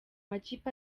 makipe